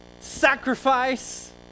Sacrifice